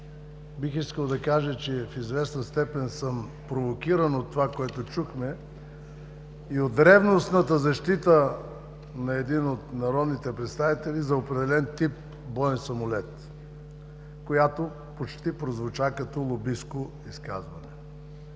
Бих искал да кажа, че в известна степен съм провокиран от това, което чухме, и от ревностната защита на един от народните представители за определен тип боен самолет, която почти прозвуча като лобистко изказване.